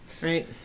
Right